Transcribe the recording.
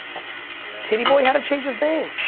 titty boy had to change his name.